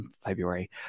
February